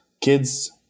Kids –